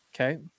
Okay